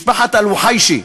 שקוראים לה משפחת אל-ווחיישי.